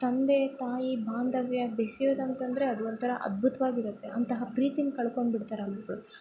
ತಂದೆ ತಾಯಿ ಬಾಂಧವ್ಯ ಬೆಸೆಯೋದು ಅಂತ ಅಂದರೆ ಅದೊಂಥರ ಅದ್ಭುತವಾಗಿರುತ್ತೆ ಅಂತಹ ಪ್ರೀತಿನ ಕಳ್ಕೊಂಡು ಬಿಡ್ತಾರೆ ಆ ಮಕ್ಳು